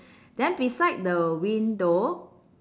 then beside the window